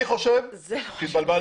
אני חושב שהתבלבלנו.